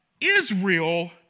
Israel